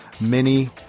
mini